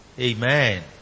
Amen